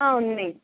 ఆ ఉన్నాయి